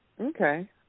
Okay